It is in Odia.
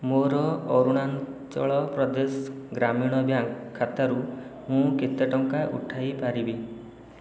ମୋ'ର ଅରୁଣାଚଳ ପ୍ରଦେଶ ଗ୍ରାମୀଣ ବ୍ୟାଙ୍କ ଖାତାରୁ ମୁଁ କେତେ ଟଙ୍କା ଉଠାଇ ପାରିବି